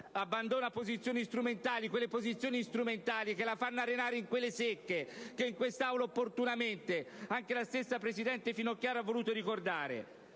abbandona posizioni strumentali - che la fanno arenare in quelle secche che in quest'Aula, opportunamente, anche la stessa presidente Finocchiaro ha voluto ricordare